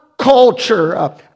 Culture